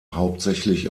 hauptsächlich